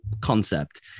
concept